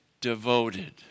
devoted